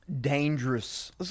Dangerous